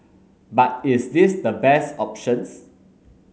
but is this the best options